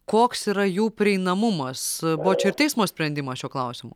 koks yra jų prieinamumas buvo čia ir teismo sprendimas šiuo klausimu